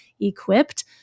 equipped